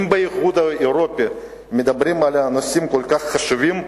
אם באיחוד האירופי היו מדברים על נושאים כל כך חשובים,